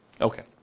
Okay